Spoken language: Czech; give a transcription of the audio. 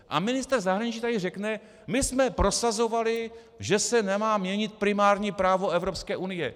A ministr zahraničí tady řekne: My jsme prosazovali, že se nemá měnit primární právo Evropské unie.